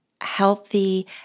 healthy